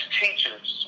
teachers